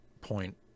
point